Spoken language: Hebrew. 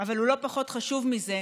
אבל לא פחות חשוב מזה,